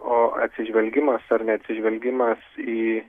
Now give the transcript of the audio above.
o atsižvelgimas ar neatsižvelgimas į